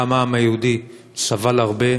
גם העם היהודי סבל הרבה,